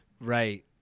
Right